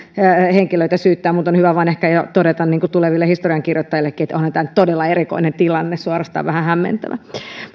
henkilöitä syyttää mutta on hyvä vain jo todeta ehkä tuleville historiankirjoittajillekin että onhan tämä nyt todella erikoinen tilanne suorastaan vähän hämmentävä